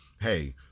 hey